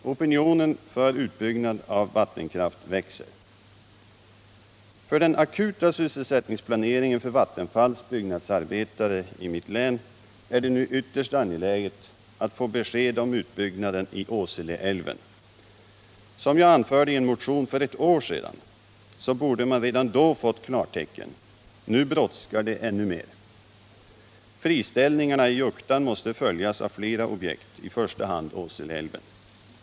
Opinionen för utbyggnad av vattenkraft växer. För den akuta sysselsättningsplaneringen för Vattenfalls byggnadsarbetare i mitt län är det nu ytterst angeläget att få besked om utbyggnad i Åseleälven. Som jag anförde i en motion för ett år sedan så borde man redan då fått klartecken. Nu brådskar det ännu mer. Friställningarna i Juktan måste följas av flera objekt — i första hand Åseleälven.